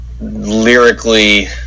lyrically